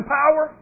power